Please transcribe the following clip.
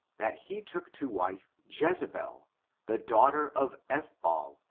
that he took to wife jezebel, the daugh ter of ethball,